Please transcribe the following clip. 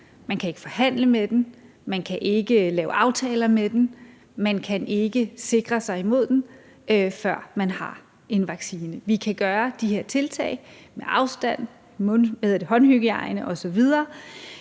Man kan ikke forhandle med den, man kan ikke lave aftaler med den, man kan ikke sikre sig imod den, før man har en vaccine. Vi kan gøre de her tiltag med afstand, håndhygiejne osv.,